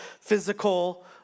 physical